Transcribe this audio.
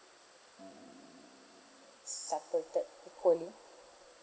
mm separated equally